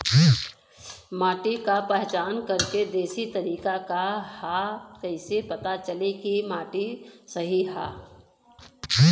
माटी क पहचान करके देशी तरीका का ह कईसे पता चली कि माटी सही ह?